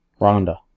Rhonda